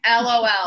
LOL